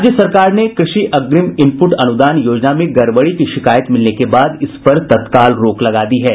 राज्य सरकार ने कृषि अग्रिम इनपुट अनुदान योजना में गड़बड़ी की शिकायत मिलने के बाद इस पर तत्काल रोक लगा दी गयी है